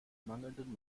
mangelnden